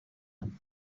one